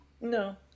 No